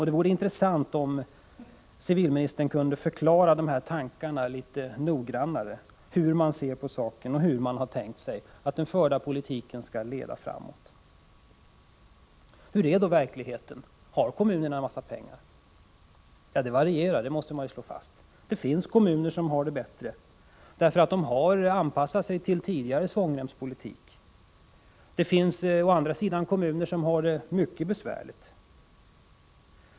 Det vore intressant om civilministern litet noggrannare kunde förklara hur man har tänkt sig att den förda politiken skall leda framåt. Hur ser då verkligheten ut? Har kommunerna en massa pengar? Man måste slå fast att variationerna är stora. Det finns kommuner som har det bättre, eftersom de har anpassat sig till tidigare svångremspolitik. Å andra sidan finns det kommuner som har det mycket besvärligt.